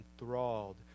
enthralled